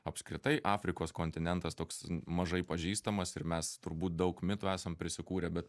apskritai afrikos kontinentas toks mažai pažįstamas ir mes turbūt daug mitų esam prisikūrę bet